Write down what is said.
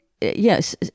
yes